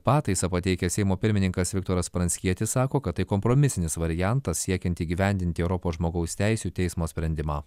pataisą pateikęs seimo pirmininkas viktoras pranckietis sako kad tai kompromisinis variantas siekiant įgyvendinti europos žmogaus teisių teismo sprendimą